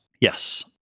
Yes